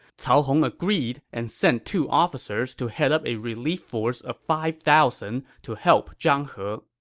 cao hong agreed and sent two officers to head up a relief force of five thousand to help zhang he.